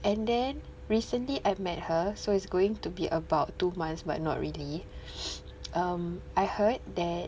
and then recently I met her so it's going to be about two months but not really um I heard that